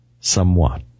somewhat